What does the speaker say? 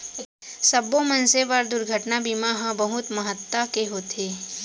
सब्बो मनसे बर दुरघटना बीमा हर बहुत महत्ता के होथे